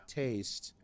taste